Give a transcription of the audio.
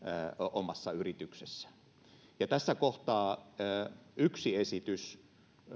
omassa yrityksessään tässä kohtaa yksi esitys